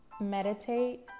Meditate